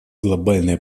глобальные